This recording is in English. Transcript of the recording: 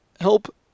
help